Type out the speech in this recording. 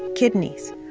kidneys,